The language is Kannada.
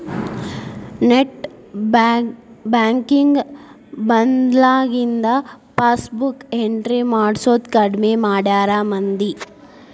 ನೆಟ್ ಬ್ಯಾಂಕಿಂಗ್ ಬಂದ್ಮ್ಯಾಲಿಂದ ಪಾಸಬುಕ್ ಎಂಟ್ರಿ ಮಾಡ್ಸೋದ್ ಕಡ್ಮಿ ಮಾಡ್ಯಾರ ಮಂದಿ